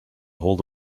hold